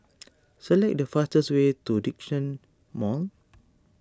select the fastest way to Djitsun Mall